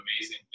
amazing